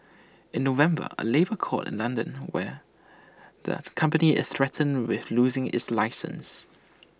in November A labour court in London where the company is threatened with losing its license